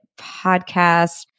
podcast